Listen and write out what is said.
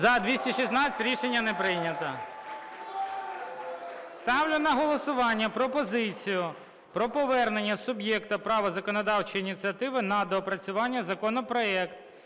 За-216 Рішення не прийнято. Ставлю на голосування пропозицію про повернення суб'єкту права законодавчої ініціативи на доопрацювання законопроект